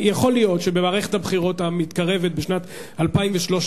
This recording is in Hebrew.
יכול להיות שבמערכת הבחירות המתקרבת בשנת 2013,